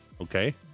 Okay